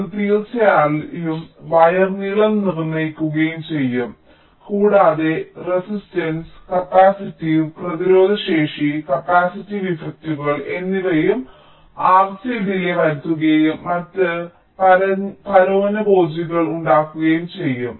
ഇത് തീർച്ചയായും വയർ നീളം നിർണ്ണയിക്കുകയും ചെയ്യും കൂടാതെ റെസിസ്റ്റൻസ് കപ്പാസിറ്റീവ് പ്രതിരോധശേഷി കപ്പാസിറ്റീവ് ഇഫക്റ്റുകൾ എന്നിവയും RC ഡിലേയ്യ് വരുത്തുകയും മറ്റ് പരാന്നഭോജികൾ ഉണ്ടാക്കുകയും ചെയ്യും